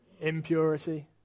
impurity